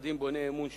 וצעדים בוני אמון שונים,